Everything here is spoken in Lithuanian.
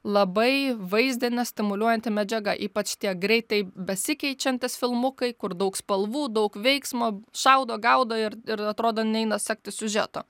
labai vaizdinė stimuliuojanti medžiaga ypač tie greitai besikeičiantys filmukai kur daug spalvų daug veiksmo šaudo gaudo ir ir atrodo neina sekti siužeto